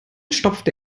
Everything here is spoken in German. stopfte